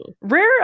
rare